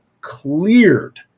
cleared